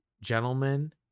gentlemen